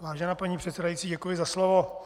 Vážená paní předsedající, děkuji za slovo.